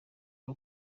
bwo